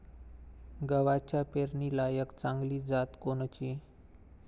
गव्हाची पेरनीलायक चांगली जात कोनची?